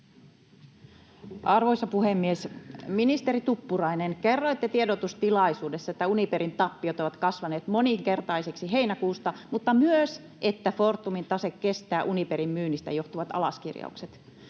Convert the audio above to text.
Arvoisa puhemies! Ministeri Tuppurainen, kerroitte tiedotustilaisuudessa, että Uniperin tappiot ovat kasvaneet moninkertaisiksi heinäkuusta, mutta myös että Fortumin tase kestää Uniperin myynnistä johtuvat alaskirjaukset.